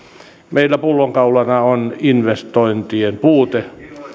meillä pullonkaulana on investointien puute